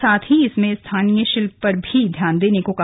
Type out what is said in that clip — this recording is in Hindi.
साथ ही इसमें स्थानीय शिल्प पर भी ध्यान देने को कहा